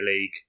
League